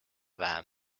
vähem